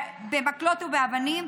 במקלות ובאבנים,